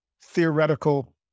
theoretical